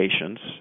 patients